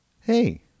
hey